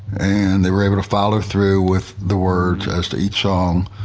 and they were able to follow through with the words as to each song.